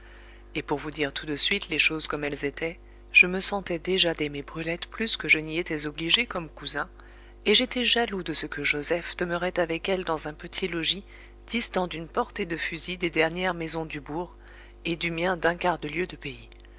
et pour vous dire tout de suite les choses comme elles étaient je me sentais déjà d'aimer brulette plus que je n'y étais obligé comme cousin et j'étais jaloux de ce que joseph demeurait avec elle dans un petit logis distant d'une portée de fusil des dernières maisons du bourg et du mien d'un quart de lieue de pays